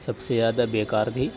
سب سے زیادہ بے کار تھی